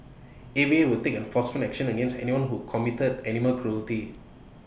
A V A will take enforcement action against anyone who committed animal cruelty